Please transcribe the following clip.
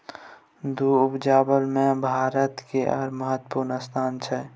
दूध उपजाबै मे भारत केर महत्वपूर्ण स्थान छै